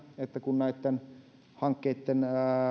että kun näitten hankkeitten